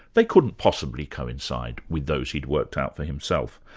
they couldn't possibly coincide with those he'd worked out for himself.